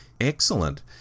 Excellent